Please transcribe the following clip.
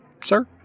Sir